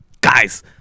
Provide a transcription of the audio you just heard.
guys